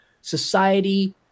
society